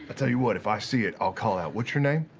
ah tell you what, if i see it, i'll call out. what's your name?